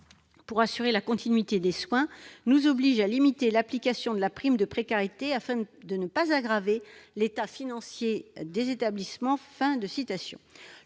pour assurer la continuité des soins nous oblige à limiter l'application de la prime de précarité, afin de ne pas aggraver l'état financier des établissements. »